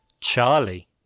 charlie